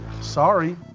sorry